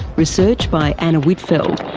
research by anna whitfeld,